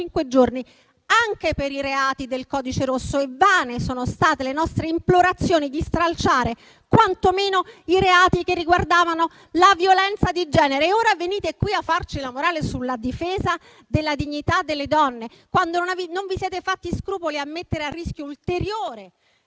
anche per i reati del codice rosso? E vane sono state le nostre implorazioni di stralciare quantomeno i reati che riguardano la violenza di genere. Ora venite a farci la morale sulla difesa della dignità delle donne, quando non vi siete fatti scrupoli nel mettere a rischio ulteriore